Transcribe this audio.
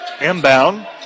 Inbound